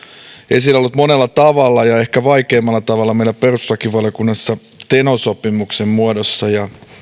esillä ollut monella tavalla ja ehkä vaikeimmalla tavalla meillä perustuslakivaliokunnassa teno sopimuksen muodossa